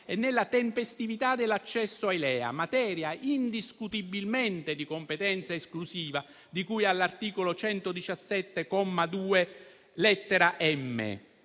e nella tempestività dell'accesso ai LEA, materia indiscutibilmente di competenza esclusiva di cui all'articolo 117, comma 2,